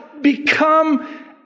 become